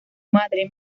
madre